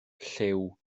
llyw